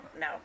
no